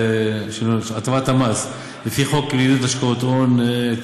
הטבת המס לפי חוק עידוד השקעות הון.